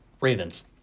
Ravens